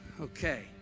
okay